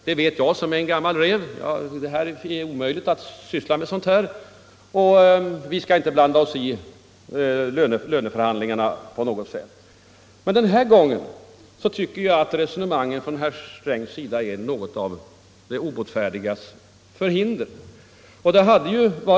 Det vet jag som är en gammal räv. Det är omöjligt att syssla med sådant här. Vi skall inte blanda oss i löneförhandlingarna på något sätt.” — Men den här gången tycker jag att resonemanget från herr Strängs sida är något av den obotfärdiges förhinder.